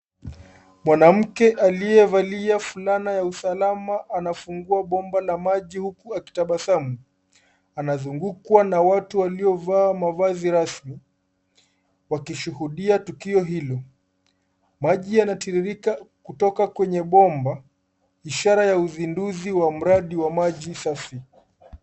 Mwanamke aliyevalia fulana ya usalama anafungua bomba la maji huku akitabasamu. Anazungukwa na watu waliovaa mavazi rasmi wakishuhudia tukio hilo. Maji yanatiririka kutoka kwenye bomba ishara ya uzinduzi wa mradi wa maji safi.